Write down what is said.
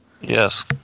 Yes